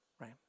right